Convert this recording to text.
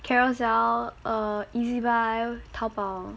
carousell err E_Z buy taobao